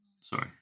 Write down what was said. Sorry